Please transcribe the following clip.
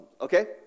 Okay